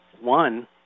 One